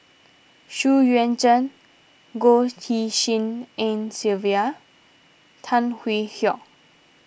Xu Yuan Zhen Goh Tshin En Sylvia Tan Hwee Hock